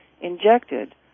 injected